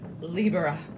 Libera